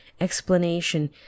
explanation